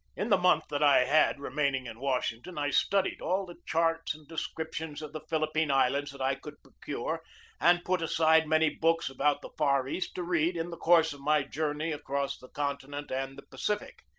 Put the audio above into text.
in the month that i had remaining in washing ton i studied all the charts and descriptions of the philippine islands that i could procure and put aside many books about the far east to read in the course of my journey across the continent and the pacific.